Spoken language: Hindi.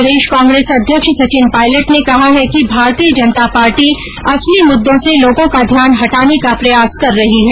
प्रदेश कांग्रेस अध्यक्ष सचिन पायलट ने कहा है कि भारतीय जनता पार्टी असली मुददों से लोगों का ध्यान हटाने का प्रयास कर रही है